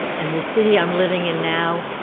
and the city i'm living in now,